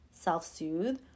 self-soothe